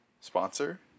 sponsor